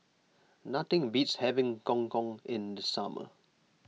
nothing beats having Gong Gong in the summer